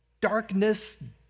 darkness